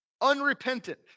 unrepentant